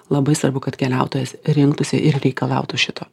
labai svarbu kad keliautojas rinktųsi ir reikalautų šito